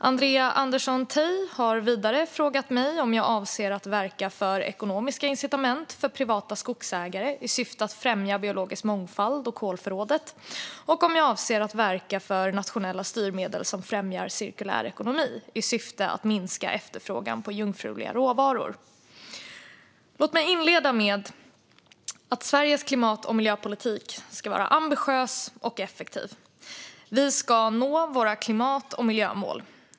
Andrea Andersson Tay har vidare frågat mig om jag avser att verka för ekonomiska incitament för privata skogsägare i syfte att främja biologisk mångfald och kolförrådet och om jag avser att verka för nationella styrmedel som främjar cirkulär ekonomi i syfte att minska efterfrågan på jungfruliga råvaror. Låt mig inleda med att Sveriges klimat och miljöpolitik ska vara ambitiös och effektiv. Vi ska nå våra klimat och miljömål.